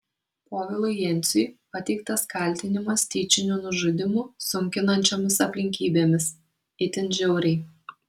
povilui jenciui pateiktas kaltinimas tyčiniu nužudymu sunkinančiomis aplinkybėmis itin žiauriai